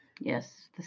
Yes